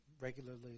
regularly